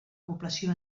població